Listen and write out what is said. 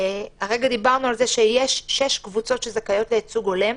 הרגע דיברנו על זה שיש שש קבוצות שזכאיות לייצוג הולם.